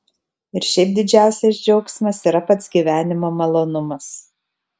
ir šiaip didžiausias džiaugsmas yra pats gyvenimo malonumas